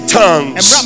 tongues